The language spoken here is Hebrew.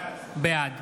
בעד